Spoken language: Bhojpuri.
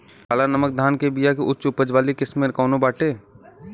काला नमक धान के बिया के उच्च उपज वाली किस्म कौनो बाटे?